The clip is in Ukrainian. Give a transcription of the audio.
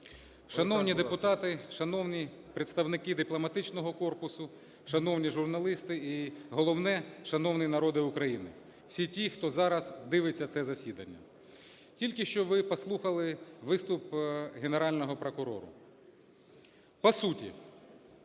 Шановні депутати, шановні представники дипломатичного корпусу! Шановні журналісти! І головне, шановний народе України, всі ті, хто зараз дивиться це засідання! Тільки що ви послухали виступ Генерального прокурора. По суті.